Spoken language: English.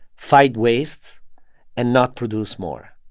fight waste and not produce more.